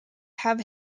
have